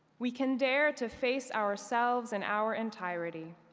we can dare to face ourselves in our entirety.